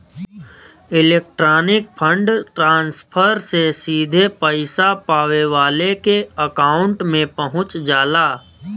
electronic fund transfer से सीधे पइसा पावे वाले के अकांउट में पहुंच जाला